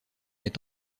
est